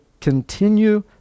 continue